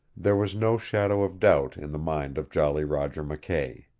there was no shadow of doubt in the mind of jolly roger mckay.